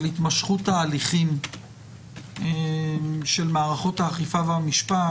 התמשכות ההליכים של מערכות האכיפה והמשפט,